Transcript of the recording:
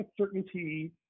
certainty